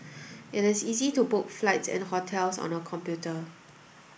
it is easy to book flights and hotels on the computer